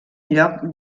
lloc